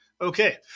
Okay